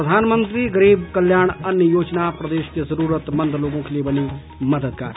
और प्रधानमंत्री गरीब कल्याण अन्न योजना प्रदेश के जरूरतमंद लोगों के लिए बनी मददगार